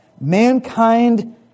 Mankind